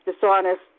dishonest